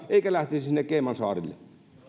eivätkä lähtisi sinne caymansaarille